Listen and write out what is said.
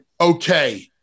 okay